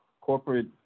Corporate